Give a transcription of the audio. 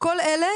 כל אלה